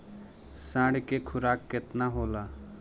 साँढ़ के खुराक केतना होला?